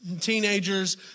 teenagers